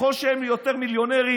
ככל שהם יותר מיליונרים,